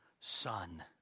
son